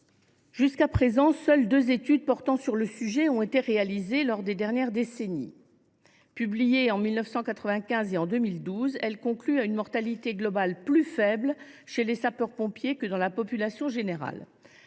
telles fiches. Seules deux études portant sur le sujet ont été réalisées lors des dernières décennies. Publiées en 1995 et en 2012, elles concluent à une mortalité globale plus faible chez les sapeurs pompiers que dans la population générale.